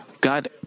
God